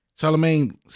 Charlemagne